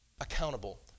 accountable